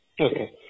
Okay